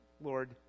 Lord